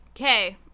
okay